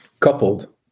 coupled